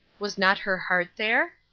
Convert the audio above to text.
was not her heart there?